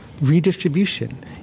redistribution